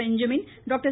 Benjamin doctor